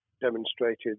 demonstrated